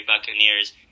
Buccaneers